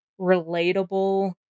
relatable